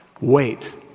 Wait